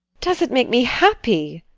does it make me happy!